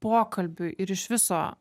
pokalbiui ir iš viso